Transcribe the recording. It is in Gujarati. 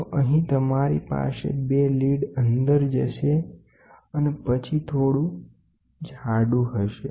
તો અહીં તમારી પાસે બે જંક્શન છે અને લીડ અંદર જશે અને પછી અંતે થોડું જાડું હશે